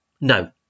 No